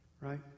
Right